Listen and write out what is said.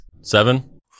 Seven